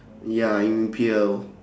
ya in E_P_L